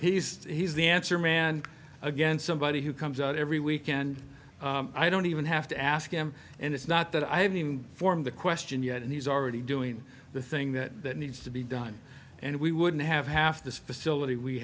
he's he's the answer man again somebody who comes out every week and i don't even have to ask him and it's not that i have formed the question yet and he's already doing the thing that needs to be done and we wouldn't have half this facility we